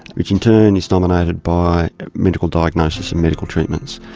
which in turn is dominated by medical diagnosis and medical treatments.